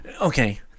Okay